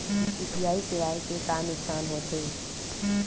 UPI सेवाएं के का नुकसान हो थे?